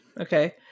Okay